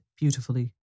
beautifully